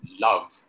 love